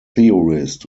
theorist